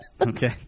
okay